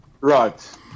right